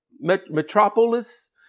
metropolis